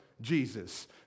Jesus